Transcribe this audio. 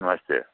नमस्ते